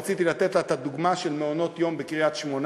רציתי לתת לה את הדוגמה של מעונות-יום בקריית-שמונה,